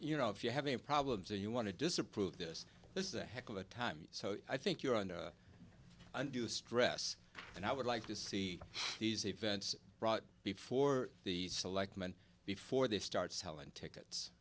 you know if you have a problem say you want to disapprove this there's a heck of a time so i think you're on the undue stress and i would like to see these events brought before the selectmen before they start selling tickets